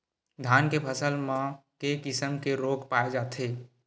धान के फसल म के किसम के रोग पाय जाथे?